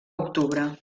octubre